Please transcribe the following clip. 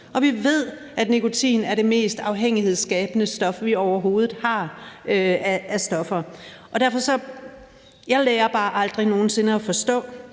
og vi ved, at nikotin er et af de mest afhængighedsskabende stoffer, vi overhovedet har. Derfor lærer jeg bare heller aldrig nogen sinde at forstå